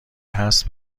هست